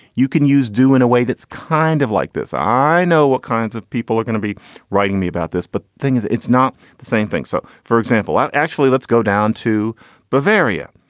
you can use du in a way that's kind of like this. i know what kinds of people are gonna be writing me about this, but the thing is, it's not the same thing. so for example, i'll actually let's go down to bavaria.